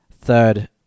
third